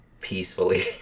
peacefully